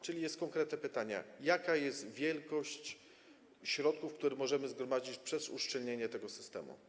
Czyli jest konkretne pytanie: Jaka jest wielkość środków, które możemy zgromadzić przez uszczelnienie tego systemu?